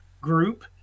group